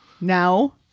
now